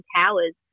towers